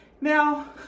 Now